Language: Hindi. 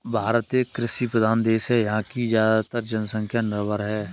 भारत एक कृषि प्रधान देश है यहाँ की ज़्यादातर जनसंख्या निर्भर है